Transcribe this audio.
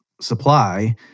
supply